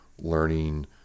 learning